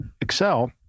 excel